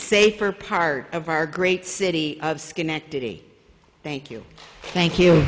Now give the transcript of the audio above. safer part of our great city of schenectady thank you thank you